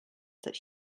that